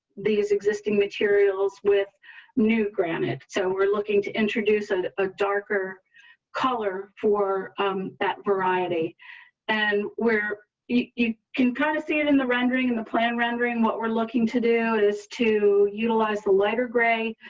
these existing materials with new granted. so we're looking to introduce a ah darker color for that variety and where you can kind of stand in the rendering and the plan rendering what we're looking to do is to utilize the lighter gray.